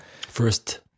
First